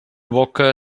boca